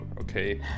okay